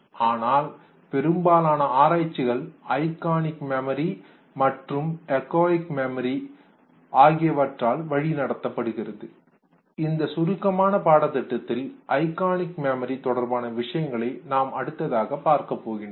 ஆனால் பெரும்பாலான ஆராய்ச்சிகள் ஐகானிக் மெமரி சின்னம் அல்லது உருவ மற்றும் எக்கோயிக் மெமரி எதிரொலி நினைவு ஆகியவற்றால் வழி நடத்தப்படுகிறது இந்த சுருக்கமான பாடத்திட்டத்தில் ஐகானிக் மெமரி தொடர்பான விஷயங்களை நாம் அடுத்து பார்க்கப் போகிறோம்